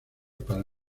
para